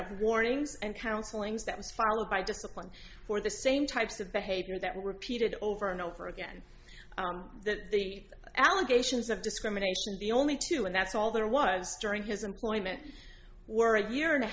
was followed by discipline for the same types of behavior that repeated over and over again that the allegations of discrimination the only two and that's all there was during his employment were a year and a